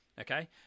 Okay